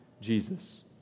Jesus